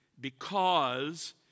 Because